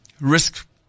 Risk